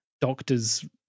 doctors